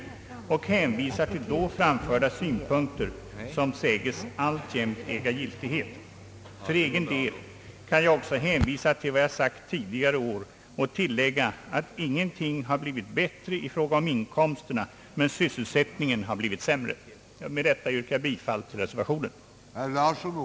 Fullmäktige hänvisade till då framförda synpunkter, som säges alltjämt äga giltighet. För egen del kan jag också hänvisa till vad jag sagt tidigare år och tillägga, att ingenting har blivit bättre i fråga om inkomsterna, men sysselsättningen har blivit sämre. Jag ber med detta att få yrka bifall till reservation 1.